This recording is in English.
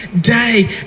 day